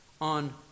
on